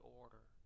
order